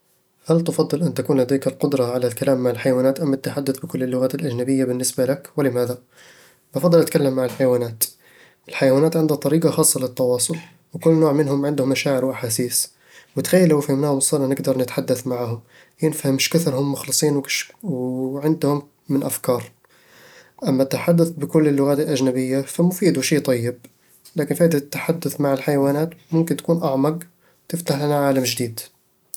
هل تفضل أن تكون لديك القدرة على الكلام مع الحيوانات أم التحدث بكل اللغات الأجنبية بالنسبة لك؟ ولماذا؟ بفضّل أتكلم مع الحيوانات الحيوانات عندها طريقة خاصة للتواصل، وكل نوع منهم عنده مشاعر وأحاسيس، وتخيل لو فهمناهم وصرنا نقدر نتحدث معاهم، بنفهم شكثر هم مخلصين وعندهم من أفكار أما التحدث بكل اللغات الأجنبية، فمفيد وشي طيب، لكن فايدة التحدث مع الحيوانات ممكن تكون أعمق وتفتح لنا عالم جديد